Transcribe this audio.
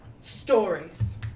Stories